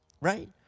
right